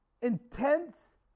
intense